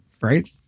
Right